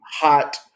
hot